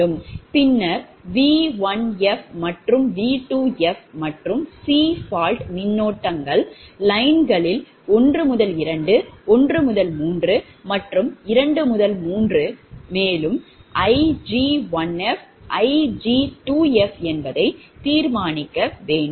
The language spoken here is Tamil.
பின்னர் 𝑉1𝑓 மற்றும் 𝑉2𝑓 மற்றும் c fault மின்னோட்டங்கள் lineகளில் 1 2 1 3 மற்றும் 2 3 மற்றும் Ig1f Ig2f என்பதை தீர்மானிக்க வேண்டும்